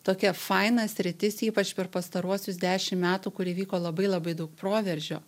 tokia faina sritis ypač per pastaruosius dešim metų kur įvyko labai labai daug proveržio